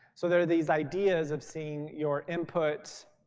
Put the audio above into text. so there are these ideas of seeing your input